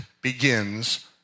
begins